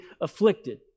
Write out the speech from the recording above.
afflicted